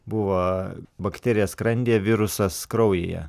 buvo bakterija skrandyje virusas kraujyje